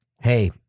Hey